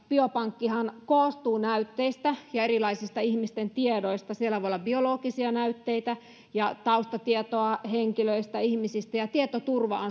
biopankkihan koostuu näytteistä ja erilaisista ihmisten tiedoista siellä voi olla biologisia näytteitä ja taustatietoa henkilöistä ihmisistä ja tietoturva on